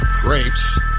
grapes